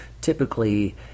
typically